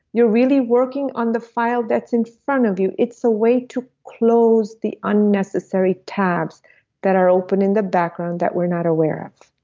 you're really working on the file that's in front of you. it's a way to close the unnecessary tabs that are open in the background that we're not aware of.